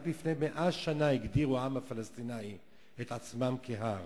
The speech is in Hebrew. רק לפני 100 שנה הגדיר העם הפלסטיני את עצמו כעם,